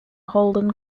holden